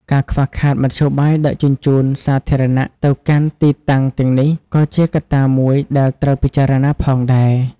ការខ្វះខាតមធ្យោបាយដឹកជញ្ជូនសាធារណៈទៅកាន់ទីតាំងទាំងនេះក៏ជាកត្តាមួយដែលត្រូវពិចារណាផងដែរ។